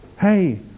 Hey